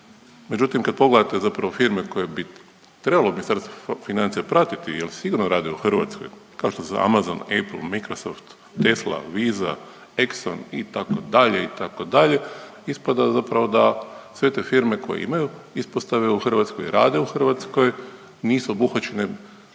Međutim, kad pogledate zapravo firme koje bi trebalo Ministarstvo financija pratiti jel sigurno rade u Hrvatskoj kao što su Amazon, Apel, Microsoft, Tesla, Visa, Exxon itd., itd. ispada zapravo da sve te firme koje imaju ispostave u Hrvatskoj i rade u Hrvatskoj nisu obuhvaćene